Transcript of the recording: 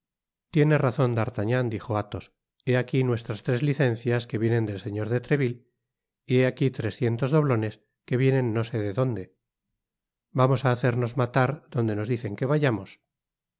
tiene razon d'artagnan dijo athos he aquí nuestras tres licencias que vienen del señor de treville y he aquí trescientos doblones que vienen no sé de donde vamos haeernos matar donde nos dicen que vayamos